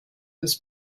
this